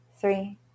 three